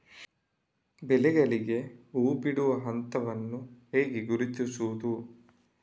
ಬೆಳೆಗಳಲ್ಲಿ ಹೂಬಿಡುವ ಹಂತವನ್ನು ಹೇಗೆ ಗುರುತಿಸುವುದು?